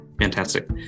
Fantastic